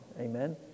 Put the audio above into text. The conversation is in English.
Amen